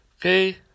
Okay